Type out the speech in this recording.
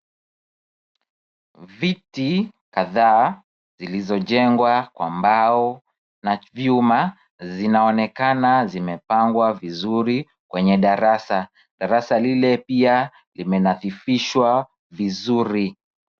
Viti kadhaa zilizochengwa kwa mbao na vyuma zinaonekana zimepangwa vizuri kwenye darasa, darasa lile pia imenadhifishwa vizuri .